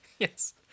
yes